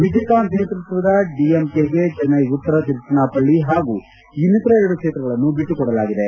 ವಿಜಯಕಾಂತ್ ನೇತೃತ್ವದ ಡಿಎಂಡಿಕೆಗೆ ಚೆನ್ನೈ ಉತ್ತರ ತಿರುಚ್ಚಿನಾಪಳ್ಳಿ ಹಾಗೂ ಇನ್ನಿತರ ಎರಡು ಕ್ಷೇತ್ರಗಳನ್ನು ಬಿಟ್ಟುಕೊಡಲಾಗಿದೆ